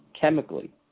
chemically